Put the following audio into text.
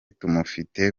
tumufite